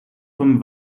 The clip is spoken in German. vom